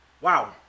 wow